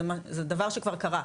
זה דבר שכבר קרה,